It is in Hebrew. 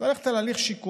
צריך ללכת על הליך שיקומי,